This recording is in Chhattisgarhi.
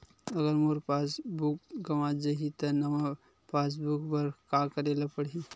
अगर मोर पास बुक गवां जाहि त नवा पास बुक बर का करे ल पड़हि?